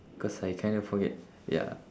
cause I kinda forget ya